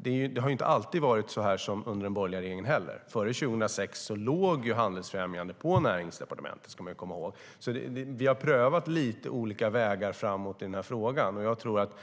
Det har inte alltid varit så heller under den borgerliga regeringen. Man ska komma ihåg att före 2006 låg handelsfrämjande på Näringsdepartementet. Vi har prövat lite olika vägar framåt i den här frågan.